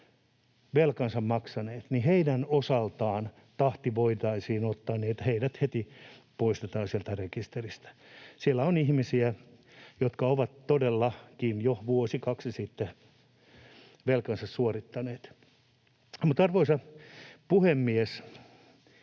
velkansa maksaneet, tahti voitaisiin ottaa niin, että heidät heti poistetaan sieltä rekisteristä. Siellä on ihmisiä, jotka ovat todellakin jo vuosi, kaksi sitten velkansa suorittaneet. Mutta arvoisa puhemies,